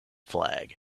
flag